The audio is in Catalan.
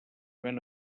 ven